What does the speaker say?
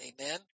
Amen